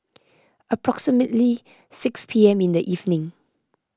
approximately six P M in the evening